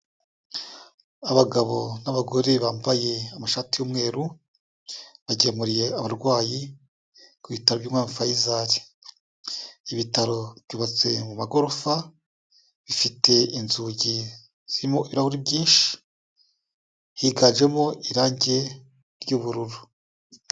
Abagabo n'abagore bambaye amashati y'umweru, bagemuriye abarwayi, ku bitaro by'umwami fayisali, ibitaro byubatse mu magorofa, bifite inzugi zirimo ibirahuri byinshi higanjemo irangi ry'ubururu.